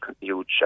huge